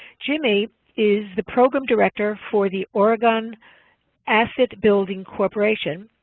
jimmy is the program director for the oregon asset building corps,